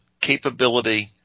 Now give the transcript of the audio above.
capability